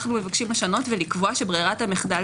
אנחנו מבקשים לשנות ולקבוע שברירת המחדל